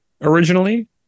originally